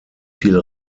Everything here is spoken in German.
viel